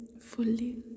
fully